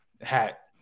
hat